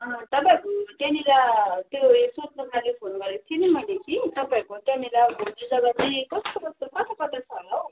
तपाईँहरूको त्यहाँनेर त्यो सोध्नको लागि फोन गरेको थिएँ नि मैले कि तपाईँहरूको त्यहाँनेर घुम्ने जगा चाहिँ कस्तो कस्तो कता कता छ होला हौ